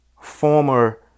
former